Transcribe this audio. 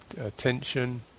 attention